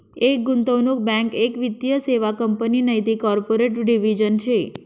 एक गुंतवणूक बँक एक वित्तीय सेवा कंपनी नैते कॉर्पोरेट डिव्हिजन शे